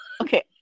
Okay